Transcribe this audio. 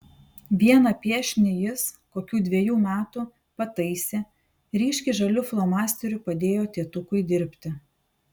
vieną piešinį jis kokių dvejų metų pataisė ryškiai žaliu flomasteriu padėjo tėtukui dirbti